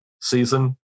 season